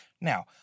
Now